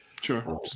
sure